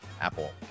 apple